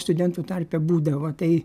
studentų tarpe būdavo tai